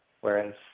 Whereas